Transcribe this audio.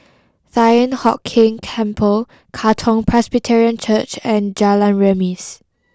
Thian Hock Keng Temple Katong Presbyterian Church and Jalan Remis